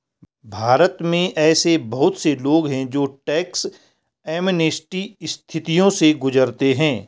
भारत में ऐसे बहुत से लोग हैं जो टैक्स एमनेस्टी स्थितियों से गुजरते हैं